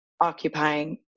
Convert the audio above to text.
occupying